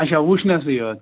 اچھا وٕچھنَسٕے یوت